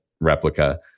replica